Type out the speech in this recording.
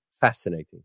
fascinating